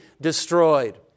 destroyed